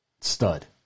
stud